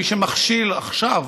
ומי שמכשיל עכשיו,